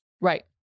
right